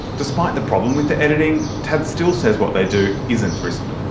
despite the problem with the editing, tad still says what they do isn't risky.